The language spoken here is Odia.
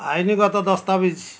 ଆଇନଗତ ଦସ୍ତାବିଜ୍